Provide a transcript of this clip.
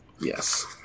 Yes